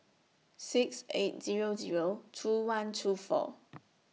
six eight Zero Zero two one two four